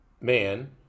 man